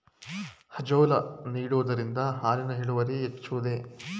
Azolla ನೀಡುವುದರಿಂದ ಹಾಲಿನ ಇಳುವರಿ ಹೆಚ್ಚುವುದೇ?